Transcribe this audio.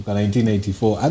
1984